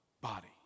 body